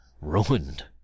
...ruined